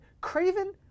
Craven